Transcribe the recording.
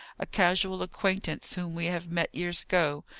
a casual acquaintance whom we have met years ago,